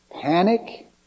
Panic